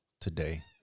today